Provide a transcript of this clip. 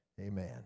Amen